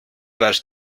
vache